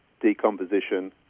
decomposition